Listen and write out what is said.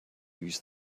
use